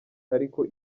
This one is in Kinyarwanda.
ariko